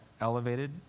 elevated